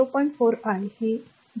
4 I हे r 0